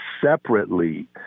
separately